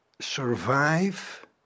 survive